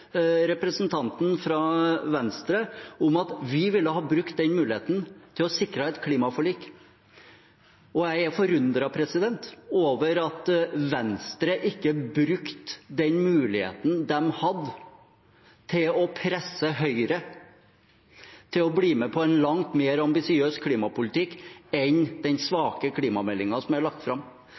representanten fra Venstre om at vi ville ha brukt den muligheten til å sikre et klimaforlik. Jeg er forundret over at Venstre ikke brukte den muligheten de hadde, til å presse Høyre til å bli med på en langt mer ambisiøs klimapolitikk enn den svake klimameldingen som er lagt fram.